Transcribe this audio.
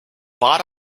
bought